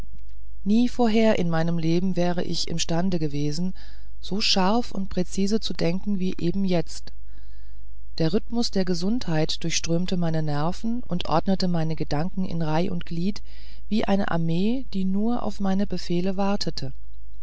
nie vorher in meinem leben wäre ich imstande gewesen so scharf und präzis zu denken wie eben jetzt der rhythmus der gesundheit durchströmte meine nerven und ordnete meine gedanken in reih und glied wie eine armee die nur auf meine befehle wartete